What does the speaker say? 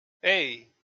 hey